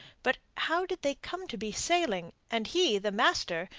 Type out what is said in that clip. but how did they come to be sailing, and he, the master,